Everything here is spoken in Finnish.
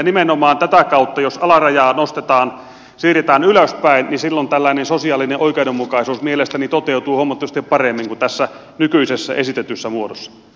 nimenomaan tätä kautta jos alarajaa nostetaan siirretään ylöspäin sosiaalinen oikeudenmukaisuus mielestäni toteutuu huomattavasti paremmin kuin nykyisessä esitetyssä muodossa